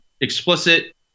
explicit